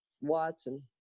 watson